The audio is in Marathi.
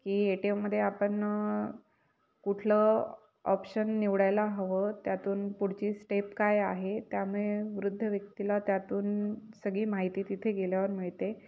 की ए टी एममध्ये आपण कुठलं ऑप्शन निवडायला हवं त्यातून पुढची स्टेप काय आहे त्यामुळे वृद्ध व्यक्तीला त्यातून सगळी माहिती तिथे गेल्यावर मिळते